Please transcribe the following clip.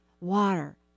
water